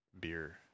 beer